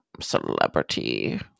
celebrity